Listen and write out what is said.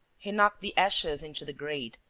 he knocked the ashes into the grate,